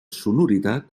sonoritat